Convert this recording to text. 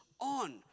on